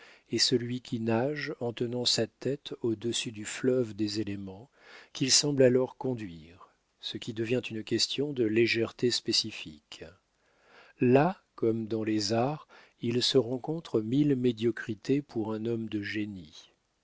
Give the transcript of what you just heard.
est celui qui nage en tenant sa tête au-dessus du fleuve des événements qu'il semble alors conduire ce qui devient une question de légèreté spécifique là comme dans les arts il se rencontre mille médiocrités pour un homme de génie